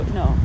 no